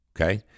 Okay